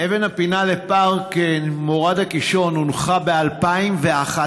אבן הפינה לפארק מורד הקישון הונחה ב-2011.